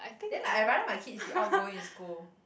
then I rather my kids be outgoing in school